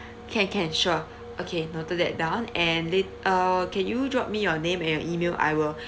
can can sure okay noted that down and late~ uh can you drop me your name and your email I will